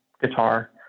guitar